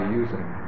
using